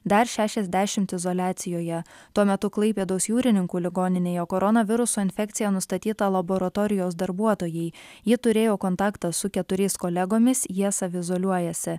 dar šešiasdešimt izoliacijoje tuo metu klaipėdos jūrininkų ligoninėje korona viruso infekcija nustatyta laboratorijos darbuotojai ji turėjo kontaktą su keturiais kolegomis jie savi izoliuojasi